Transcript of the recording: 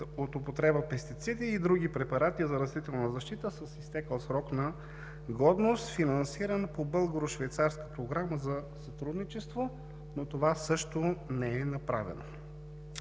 от употреба пестициди и други препарати за растителна защита с изтекъл срок на годност“, финансиран по Българо-швейцарската програма за сътрудничество, но това също не е направено.